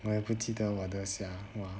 我也不记得我的 sia